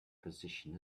position